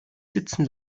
sitzen